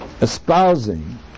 espousing